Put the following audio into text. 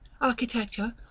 architecture